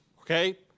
Okay